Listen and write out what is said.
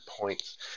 points